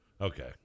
Okay